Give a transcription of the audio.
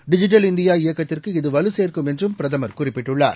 digital India இயக்கத்திற்கு இது வலுசேர்க்கும் என்றும் பிரதமர் குறிப்பிட்டுள்ளார்